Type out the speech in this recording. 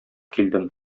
килдем